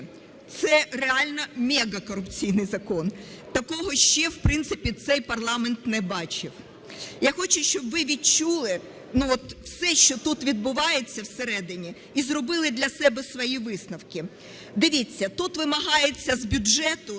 Це реально мегакорупційний закон. Такого ще в принципі цей парламент не бачив. Я хочу, щоб ви відчули, ну, от все, що тут відбувається всередині, і зробили для себе свої висновки. Дивіться, тут вимагається з бюджету